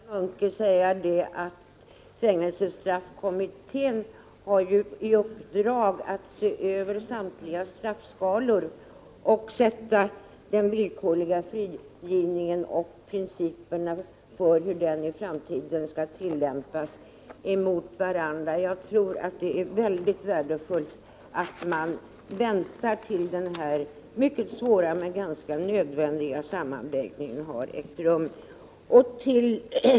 Herr talman! Jag vill helt kort till Sven Munke säga att fängelsestraffkommittén har i uppdrag att se över samtliga straffskalor och ställa dessa och principerna för hur den villkorliga frigivningen i framtiden skall tillämpas emot varandra. Jag tror att det är mycket värdefullt att vänta tills den här mycket svåra men ganska nödvändiga sammanvägningen har ägt rum.